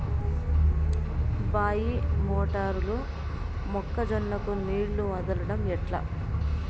బాయి మోటారు లో మొక్క జొన్నకు నీళ్లు వదలడం ఎట్లా?